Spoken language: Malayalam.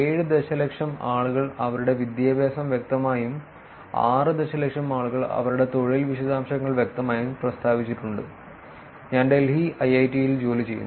7 ദശലക്ഷം ആളുകൾ അവരുടെ വിദ്യാഭ്യാസം വ്യക്തമായും 6 ദശലക്ഷം ആളുകൾ അവരുടെ തൊഴിൽ വിശദാംശങ്ങൾ വ്യക്തമായും പ്രസ്താവിച്ചിട്ടുണ്ട് ഞാൻ ഡൽഹി ഐഐഐടിയിൽ ജോലി ചെയ്യുന്നു